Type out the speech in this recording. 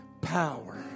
power